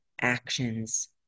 actions